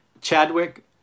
Chadwick